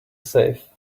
safe